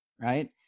right